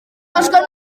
n’uburwayi